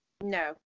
no